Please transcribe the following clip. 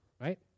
right